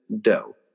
dough